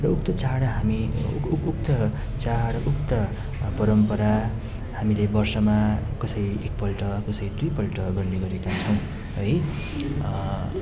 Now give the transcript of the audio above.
हाम्रो उक्त चाड हामी उक्त चाड उक्त परम्परा हामीले वर्षमा कसैले एकपल्ट कसैले दुईपल्ट गर्ने गरेका छौँ है